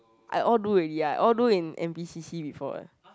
I all do already ya I all do in N_P_C_C before eh